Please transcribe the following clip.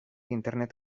internet